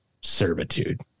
servitude